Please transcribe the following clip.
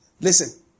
Listen